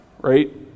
right